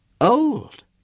Old